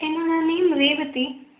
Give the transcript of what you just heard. என்னோட நேம் ரேவதி